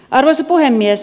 arvoisa puhemies